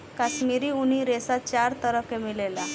काश्मीरी ऊनी रेशा चार तरह के मिलेला